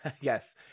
yes